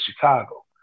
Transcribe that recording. Chicago